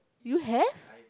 you have